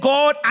God